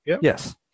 Yes